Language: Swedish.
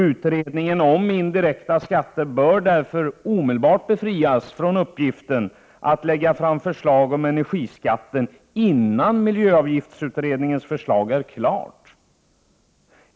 Utredningen om indirekta skatter bör därför omedelbart befrias från uppgiften att lägga fram förslag om energiskatt innan miljöavgiftsutredningens förslag är klart.